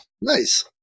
nice